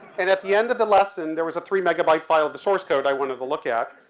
and at the end of the lesson there was a three megabyte file, the source code i wanted to look at.